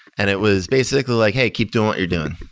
and it was basically like, hey, keep doing what you're doing.